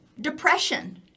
Depression